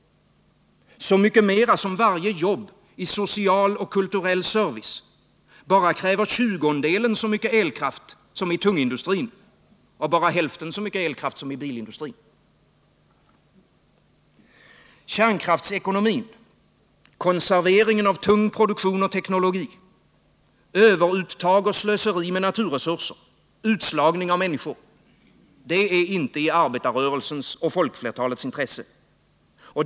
Så mycket mer som varje jobb i social och kulturell service bara kräver tjugondelen så mycket elkraft som i tungindustrin och bara hälften så mycket elkraft som i bilindustrin. Kärnkraftsekonomin, konserveringen av tungproduktion och teknologi, överuttag och slöseri med naturresurser, utslagning av människor — det är inte i arbetarrörelsens och folkflertalets intresse.